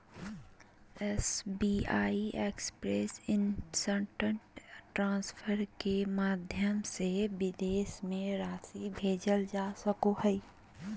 SBI express instant transfer के माध्यम से विदेश में राशि भेजल जा सको हइ